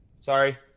Sorry